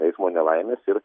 eismo nelaimės ir